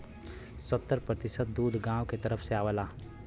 सत्तर प्रतिसत दूध गांव के तरफ से आवला